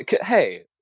Hey